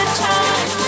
time